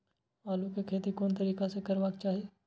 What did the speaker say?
आलु के खेती कोन तरीका से करबाक चाही?